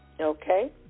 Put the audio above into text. Okay